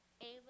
Ava